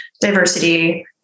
diversity